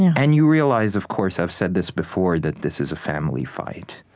and you realize of course i've said this before that this is a family fight